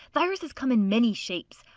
viruses come in many shapes.